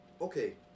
Okay